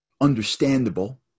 understandable